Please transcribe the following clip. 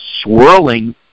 swirling